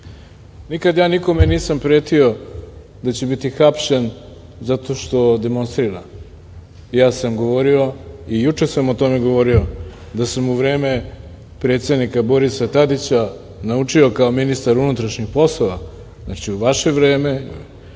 ja nikome nisam pretio da će biti hapšen zato što demonstrira. Ja sam govorio i juče sam o tome govorio, da sam u vreme predsednika Borisa Tadića naučio, kao ministar unutrašnjih poslova, znači u vaše vreme,